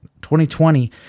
2020